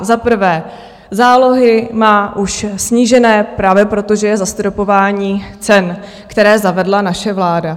Za prvé, zálohy má už snížené právě proto, že je zastropování cen, které zavedla naše vláda.